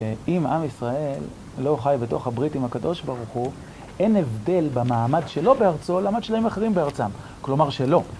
אם עם ישראל לא חי בתוך הברית עם הקדוש ברוך הוא, אין הבדל במעמד שלו בארצו, למעמד של עמים אחרים בארצם. כלומר, שלא.